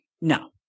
No